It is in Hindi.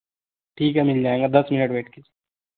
ठीक है मिल जाएगा दस मिनट वेट कीजिए